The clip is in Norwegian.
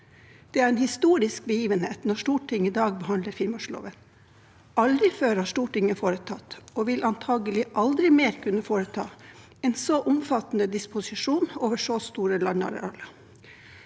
«Det er en historisk begivenhet når Odelstinget i dag behandler finnmarksloven. Aldri før har vi foretatt, og vil antakelig aldri mer kunne foreta, en så omfattende disposisjon over så store landarealer.